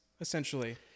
essentially